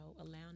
allowing